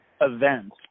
event